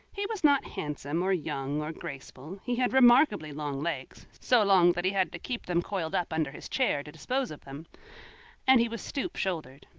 he was not handsome or young or graceful he had remarkably long legs so long that he had to keep them coiled up under his chair to dispose of them and he was stoop-shouldered.